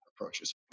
approaches